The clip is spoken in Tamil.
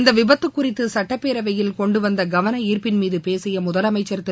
இந்த விபத்துக் குறித்து சுட்டப்பேரவையில் கொண்டுவந்த கவனஈர்ப்பின் மீது பேசிய முதலமைச்சா் திரு